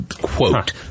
quote